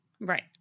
Right